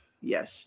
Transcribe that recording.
Yes